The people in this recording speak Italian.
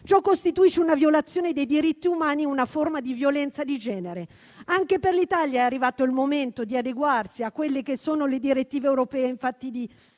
Ciò costituisce una violazione dei diritti umani e una forma di violenza di genere. Anche per l'Italia è arrivato il momento di adeguarsi alle direttive europee in fatto di